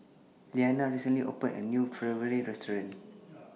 Liliana recently opened A New Ravioli Restaurant